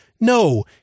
No